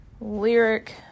lyric